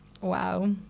Wow